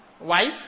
wife